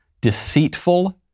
deceitful